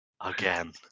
again